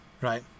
Right